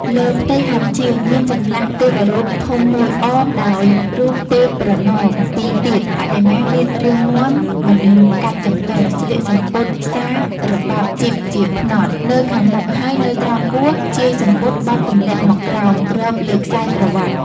លើផ្ទៃហោជាង មានចម្លាក់ទេវរូបធំមួយអមដោយរូបទេពប្រណម្យពីរទៀត បដិមាមានរាងមាំ មិនកាច់ចង្កេះ ស្លៀកសំពត់សារបាប់ជីបជាផ្នត់ នៅខាងមុខ ហើយនៅត្រង់ពោះ ជាយសំពត់បត់ទម្លាក់មកក្រោម គ្របលើ ខ្សែក្រវាត់។។